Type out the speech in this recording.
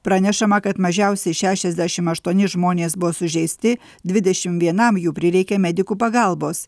pranešama kad mažiausiai šešiasdešimt aštuoni žmonės buvo sužeisti dvidešimt vienam jų prireikė medikų pagalbos